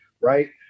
right